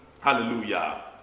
Hallelujah